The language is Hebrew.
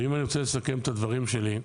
ואם אני רוצה לסכם את הדברים שלי,